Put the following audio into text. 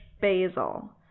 basil